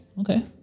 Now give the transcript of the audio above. okay